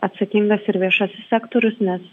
atsakingas ir viešasis sektorius nes